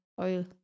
oil